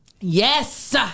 Yes